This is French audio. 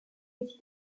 idées